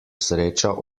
sreča